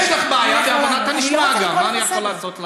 יש לך בעיה גם בהבנת הנשמע, מה אני יכול לעשות לך,